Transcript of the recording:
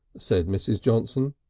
said mrs. johnson.